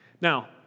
Now